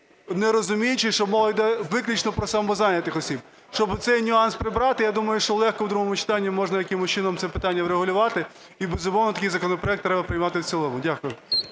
не розуміючи, що мова йде виключно про самозайнятих осіб. Щоб цей нюанс прибрати, я думаю, що легко в другому читанні можна якимось чином це питання врегулювати. І безумовно, такий законопроект треба приймати в цілому. Дякую.